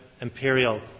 imperial